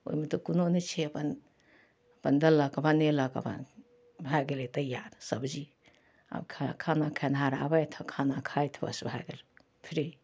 ओहिमे तऽ कोनो नहि छै अपन अपन देलक बनेलक अपन भए गेलै तैआर सबजी आब खाना खेनिहार आबथि आओर खाना खाथि बस भए गेलै फ्री